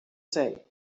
say